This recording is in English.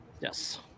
Yes